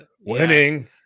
Winning